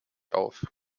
auf